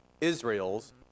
Israel's